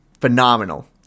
phenomenal